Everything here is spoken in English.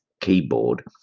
keyboard